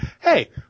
Hey